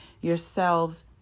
yourselves